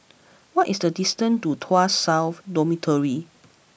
what is the distance to Tuas South Dormitory